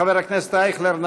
חבר הכנסת אייכלר,